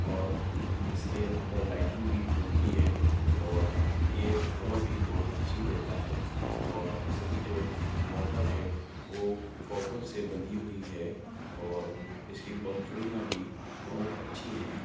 اور اس کے اندر لائٹنگ بھی ہوتی ہے اور یہ ہوا بھی بہت اچھی دیتا ہے اور اس کی جو موٹر ہے وہ کاپر سے بندھی ہوئی ہے اور اس کی پنکھڑیاں بھی بہت اچھی ہیں